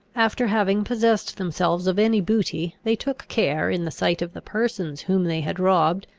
after having possessed themselves of any booty, they took care, in the sight of the persons whom they had robbed,